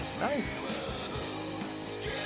Nice